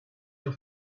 your